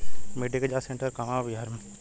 मिटी के जाच सेन्टर कहवा बा बिहार में?